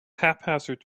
haphazard